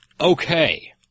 Okay